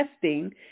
testing